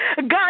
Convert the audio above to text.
God